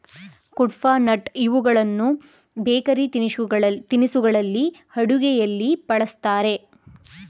ಕುಡ್ಪನಟ್ ಇವುಗಳನ್ನು ಬೇಕರಿ ತಿನಿಸುಗಳಲ್ಲಿ, ಅಡುಗೆಯಲ್ಲಿ ಬಳ್ಸತ್ತರೆ